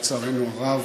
לצערנו הרב.